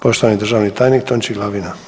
Poštovani državni tajnik Tonči Glavina.